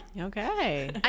Okay